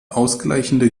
ausgleichende